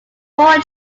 four